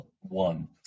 one